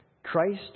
Christ